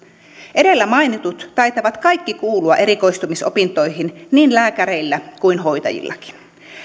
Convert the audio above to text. edellä mainitut taitavat kaikki kuulua erikoistumisopintoihin niin lääkäreillä kuin hoitajillakin